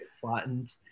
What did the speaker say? flattened